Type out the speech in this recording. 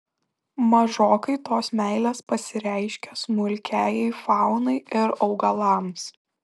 mažokai tos meilės pasireiškia smulkiajai faunai ir augalams